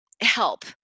help